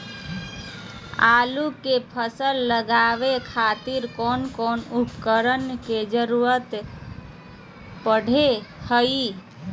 आलू के फसल लगावे खातिर कौन कौन उपकरण के जरूरत पढ़ो हाय?